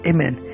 Amen